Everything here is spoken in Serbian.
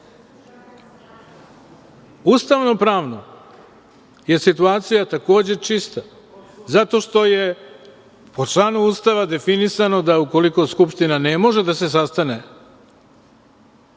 Ustavno pravno je situacija takođe čista zato što je po članu Ustava definisano da ukoliko Skupština ne može da se sastane,